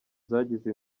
zagize